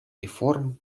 реформ